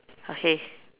okay